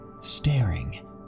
staring